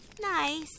Nice